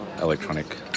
electronic